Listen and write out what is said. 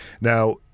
Now